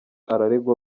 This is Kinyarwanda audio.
araregwa